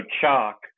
chalk